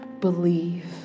believe